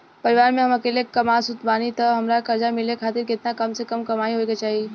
परिवार में हम अकेले कमासुत बानी त हमरा कर्जा मिले खातिर केतना कम से कम कमाई होए के चाही?